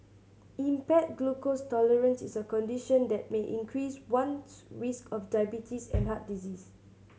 impaired glucose tolerance is a condition that may increase one's risk of diabetes and heart disease